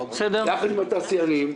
ביחד עם התעשיינים.